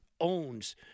owns